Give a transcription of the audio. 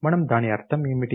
మనము దాని అర్థం ఏమిటి